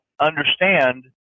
understand